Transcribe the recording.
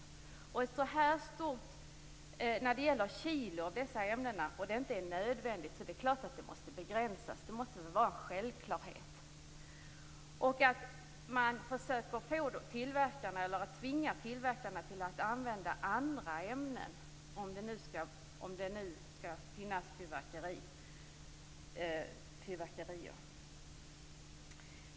När verksamheten inte är nödvändig, och när det släpps ut så många kilon av dessa ämnen, är det klart att utsläppen måste begränsas. Det måste vara en självklarhet. Man måste tvinga tillverkarna att använda andra ämnen, om det nu skall få finnas fyrverkerier.